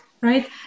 right